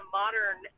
modern